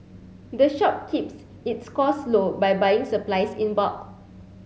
the shop keeps its costs low by buying supplies in bulk